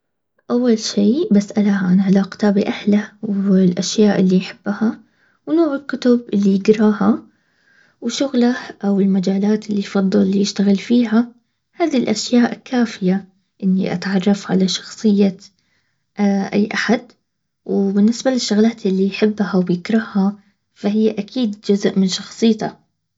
اول شي بسألها عن علاقته باهله والاشياء اللي يحبها ونوع الكتب اللي يقراها وشغله او المجالات اللي يفضله يشتغل فيها هذي الاشياء كافية اني اتعرف على شخصية اي احد وبالنسبة للشغلات اللي يحبها وبيكرها فهي اكيد جزء من شخصيتها